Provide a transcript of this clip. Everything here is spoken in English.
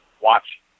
watch